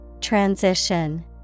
Transition